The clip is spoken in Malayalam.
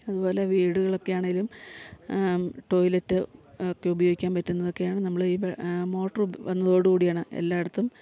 അതുപോലെ വീടുകളൊക്കെ ആണേലും ടോയിലെറ്റ് ഒക്കെ ഉപയോഗിക്കാൻ പറ്റുന്നതക്കെയാണ് നമ്മള് ഈ വ് മോട്ടറ് വന്നതോടുകൂടിയാണ് എല്ലായിടത്തും